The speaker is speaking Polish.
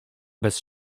bez